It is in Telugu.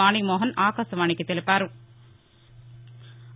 వాణీమోహన్ ఆకాశవాణికి తెలిపారు